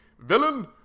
Villain